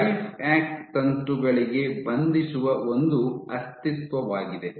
ಲೈಫ್ಯಾಕ್ಟ್ ತಂತುಗಳಿಗೆ ಬಂಧಿಸುವ ಒಂದು ಅಸ್ತಿತ್ವವಾಗಿದೆ